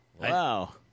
wow